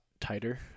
tighter